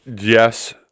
Yes